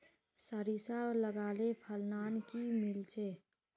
सारिसा लगाले फलान नि मीलचे?